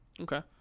okay